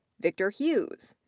victor hughes,